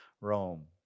Rome